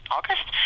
August